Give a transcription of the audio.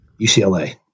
UCLA